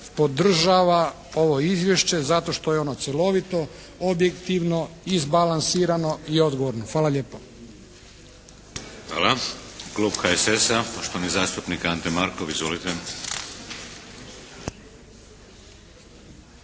podržava ovo izvješće zato što je ono cjelovito, objektivno, izbalansirano i odgovorno. Hvala lijepo. **Šeks, Vladimir (HDZ)** Hvala. Klub HSS-a, poštovani zastupnik Ante Markov. Izvolite.